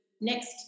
next